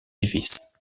davis